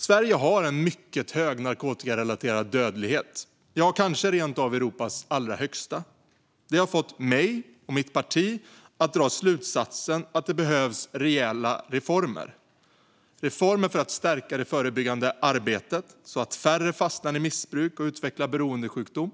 Sverige har en mycket hög narkotikarelaterad dödlighet, kanske rent av Europas allra högsta. Det har fått mig och mitt parti att dra slutsatsen att det behövs rejäla reformer. Det handlar om reformer för att stärka det förebyggande arbetet så att färre fastnar i missbruk och utvecklar beroendesjukdom.